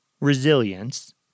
resilience